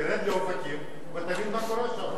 תרד לאופקים ותבין מה קורה שם.